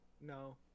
No